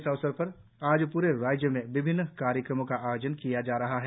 इस अवसर पर आज प्रे राज्य में विभिन्न कार्यक्रमों का आयोजन किया जा रहा हैं